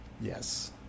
Yes